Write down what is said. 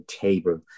table